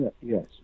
yes